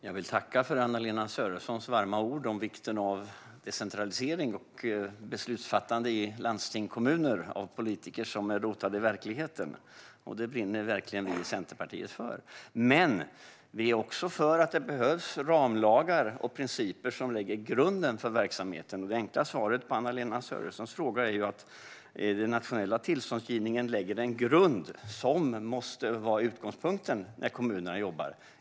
Fru talman! Jag vill tacka för Anna-Lena Sörensons varma ord om vikten av decentralisering och beslutsfattande i landsting och kommuner av politiker som är rotade i verkligheten. Det brinner verkligen vi i Centerpartiet för. Men vi är också för att det behövs ramlagar och principer som lägger grunden för verksamheten. Det enkla svaret på Anna-Lena Sörensons fråga är att den nationella tillståndsgivningen lägger en grund som måste vara utgångspunkten när kommunerna jobbar.